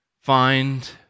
find